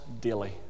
daily